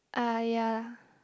ah ya